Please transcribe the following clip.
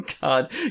god